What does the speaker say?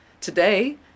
Today